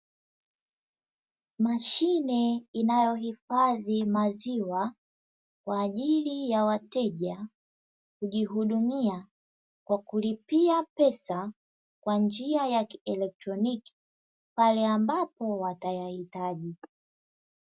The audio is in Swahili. Mashine inayohifadhi maziwa, kwa ajili ya wateja kujihudumia kwa kulipia pesa kwa njia ya kieletroniki pale ambapo watayahitaji.